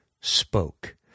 spoke